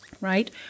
right